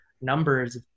numbers